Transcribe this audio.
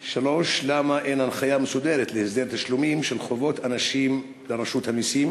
3. למה אין הנחיה מסודרת להסדר תשלומים של חובות אנשים לרשות המסים?